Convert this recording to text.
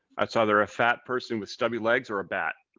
that's either a fat person with stubby legs or a bat.